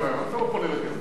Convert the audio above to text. למה אתה לא פונה לגרמניה?